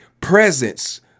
presence